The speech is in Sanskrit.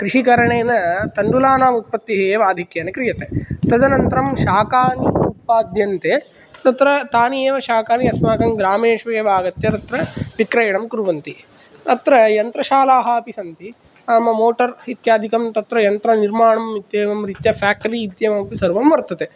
कृषिकरणेन तण्डुलानाम् उत्पत्तिः एव आधिक्येन क्रियते तदनन्तरं शाकान् उत्पाद्यन्ते तत्र तानि एव शाकानि अस्माकं ग्रामेषु एव आगत्य तत्र विक्रयणं कुर्वन्ति तत्र यन्त्रशालाः अपि सन्ति नाम मोटर् इत्यादिकं तत्र यन्त्रनिर्माणं इत्येवं रीत्या फेक्टरी इत्येवमपि सर्वं वर्तते